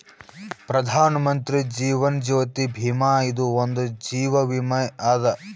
ಪ್ರಧಾನ್ ಮಂತ್ರಿ ಜೀವನ್ ಜ್ಯೋತಿ ಭೀಮಾ ಇದು ಒಂದ ಜೀವ ವಿಮೆ ಅದ